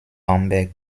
bamberg